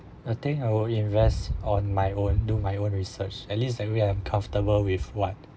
I think I will invest on my own do my own research at least that we are comfortable with what